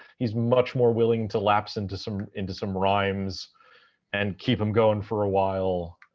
he's much more willing to lapse into some into some rhymes and keep them going for a while.